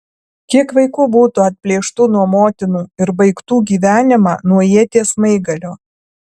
kiek vaikų būtų atplėštų nuo motinų ir baigtų gyvenimą nuo ieties smaigalio